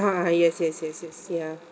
ah yes yes yes yes ya